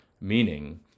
meaning